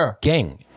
Gang